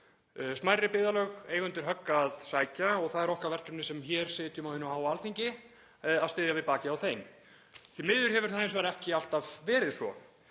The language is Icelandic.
Smærri byggðarlög eiga undir högg að sækja og það er okkar verkefni sem hér sitjum á hinu háa Alþingi að styðja við bakið á þeim. Því miður hefur það hins vegar ekki alltaf verið svo.